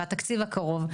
והתקציב הקרוב,